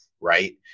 right